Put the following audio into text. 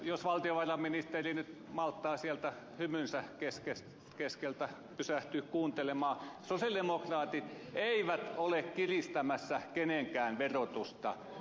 jos valtiovarainministeri nyt malttaa sieltä hymynsä keskeltä pysähtyä kuuntelemaan niin sosialidemokraatit eivät ole kiristämässä kenenkään verotusta